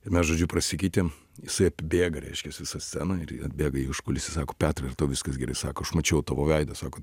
ir mes žodžiu prasikeitėm jisai apibėga reiškias visą sceną ir i atbėga į užkulisį sako petrai ar tau viskas gerai sako aš mačiau tavo veidą sako